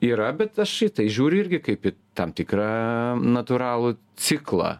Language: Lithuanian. yra bet aš į tai žiūri irgi kaip į tam tikra natūralų ciklą